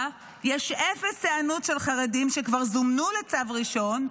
יש אפס היענות של חרדים שכבר זומנו לצו ראשון,